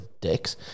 dicks